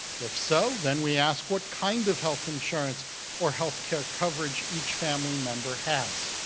if so, then we ask what kind of health insurance or healthcare coverage each family member has.